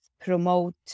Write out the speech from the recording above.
promote